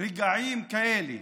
רגעים כאלה.